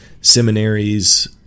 seminaries